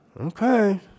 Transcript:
Okay